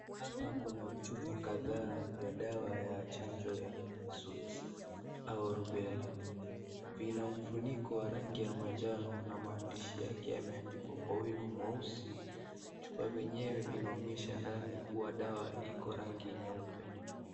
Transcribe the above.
Hapa kuna vichupa kadhaa vya dawa ya chanjo ya measles au reubella vina mfuniko wa rangi ya manjano na maandishi yake yameandikwa kwa wino mweusi chupa vyenyewe vinaonyesha ndani kuwa dawa iko rangi nyeupe.